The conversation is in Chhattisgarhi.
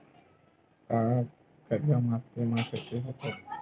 का करिया माटी म खेती होथे?